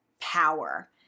power